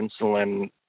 insulin